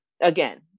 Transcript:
again